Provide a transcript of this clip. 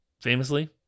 famously